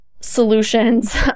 solutions